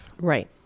Right